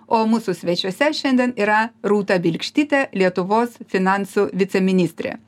o mūsų svečiuose šiandien yra rūta bilkštytė lietuvos finansų viceministrė